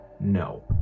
no